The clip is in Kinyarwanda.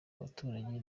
baturage